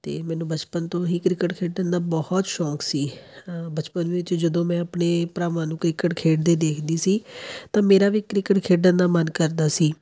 ਅਤੇ ਮੈਨੂੰ ਬਚਪਨ ਤੋਂ ਹੀ ਕ੍ਰਿਕਟ ਖੇਡਣ ਦਾ ਬਹੁਤ ਸ਼ੌਕ ਸੀ ਬਚਪਨ ਵਿੱਚ ਜਦੋਂ ਮੈਂ ਆਪਣੇ ਭਰਾਵਾਂ ਨੂੰ ਕ੍ਰਿਕਟ ਖੇਡਦੇ ਦੇਖਦੀ ਸੀ ਤਾਂ ਮੇਰਾ ਵੀ ਕ੍ਰਿਕਟ ਖੇਡਣ ਦਾ ਮਨ ਕਰਦਾ ਸੀ